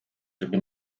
żeby